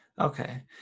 Okay